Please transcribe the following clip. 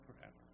forever